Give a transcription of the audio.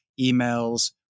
emails